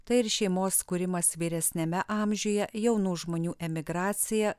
tai ir šeimos kūrimas vyresniame amžiuje jaunų žmonių emigracija